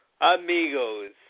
amigos